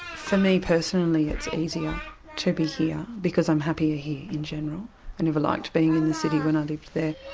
for me personally it's easier to be here because i'm happier here in general, i never liked being in the city when i lived there.